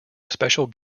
special